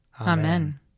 Amen